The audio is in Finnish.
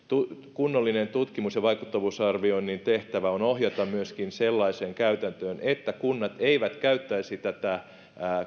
kunnollisen tutkimuksen ja vaikuttavuusarvioinnin tehtävä on ohjata myöskin sellaiseen käytäntöön että kunnat eivät käyttäisi tätä